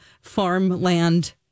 farmland